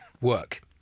work